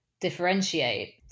differentiate